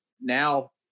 now